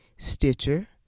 Stitcher